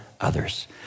others